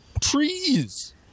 trees